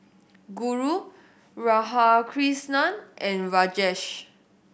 Guru Radhakrishnan and Rajesh